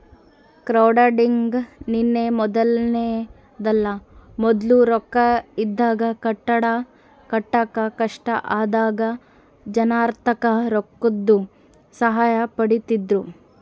crowdfunding ನಿನ್ನೆ ಮನ್ನೆದಲ್ಲ, ಮೊದ್ಲು ರೊಕ್ಕ ಇಲ್ದಾಗ ಕಟ್ಟಡ ಕಟ್ಟಾಕ ಕಷ್ಟ ಆದಾಗ ಜನರ್ತಾಕ ರೊಕ್ಕುದ್ ಸಹಾಯ ಪಡೀತಿದ್ರು